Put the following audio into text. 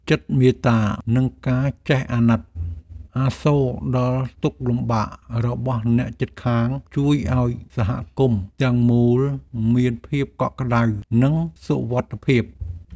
ចិត្តមេត្តានិងការចេះអាណិតអាសូរដល់ទុក្ខលំបាករបស់អ្នកជិតខាងជួយឱ្យសហគមន៍ទាំងមូលមានភាពកក់ក្តៅនិងសុវត្ថិភាព។